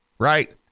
Right